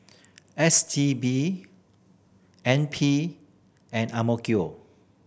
S T B N P and Ang Mo Kio